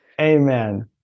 Amen